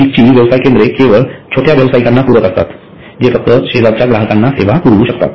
नजीकची व्यवसाय केंद्रे केवळ छोट्या व्यवसायीकाना पूरक असतात जे फक्त शेजारच्या ग्राहकांना सेवा पुरवू शकतात